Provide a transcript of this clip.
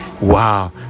wow